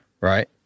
right